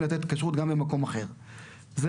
ברור.